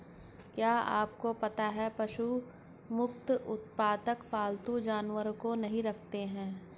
क्या आपको पता है पशु मुक्त उत्पादक पालतू जानवरों को नहीं रखते हैं?